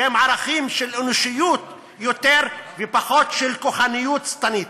שהם ערכים יותר של אנושיות ופחות של כוחניות שטנית.